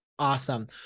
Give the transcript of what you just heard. Awesome